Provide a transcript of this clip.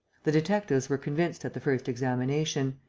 the detectives were convinced at the first examination.